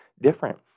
different